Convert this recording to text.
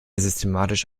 systematisch